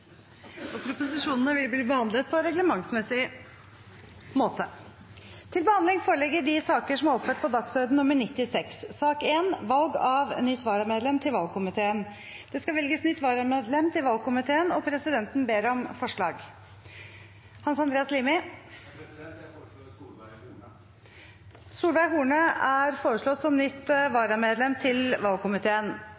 Freiberg vil overbringe 18 kongelige proposisjoner. Det skal velges nytt varamedlem til valgkomiteen, og presidenten ber om forslag. Jeg foreslår Solveig Horne. Solveig Horne er foreslått som nytt